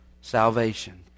salvation